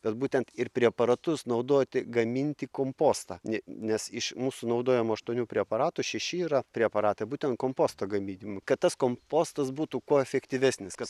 bet būtent ir preparatus naudoti gaminti kompostą ne nes iš mūsų naudojamų aštuonių preparatų šeši yra preparatai būtent komposto gaminimui kad tas kompostas būtų kuo efektyvesnis kad